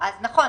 נכון.